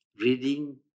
reading